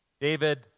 David